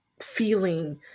feeling